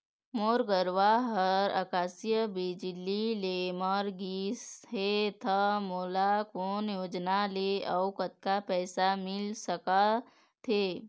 मोर गरवा हा आकसीय बिजली ले मर गिस हे था मोला कोन योजना ले अऊ कतक पैसा मिल सका थे?